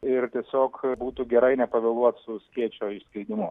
ir tiesiog būtų gerai nepavėluot su skėčio išskleidimu